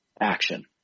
action